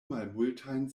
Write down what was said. malmultajn